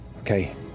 Okay